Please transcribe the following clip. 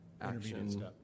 action